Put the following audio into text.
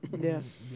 Yes